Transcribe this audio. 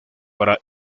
para